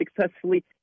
successfully